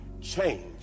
Change